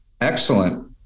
Excellent